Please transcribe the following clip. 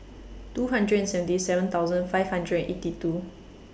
two hundred seventy seven thousand five hundred eighty two